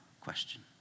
question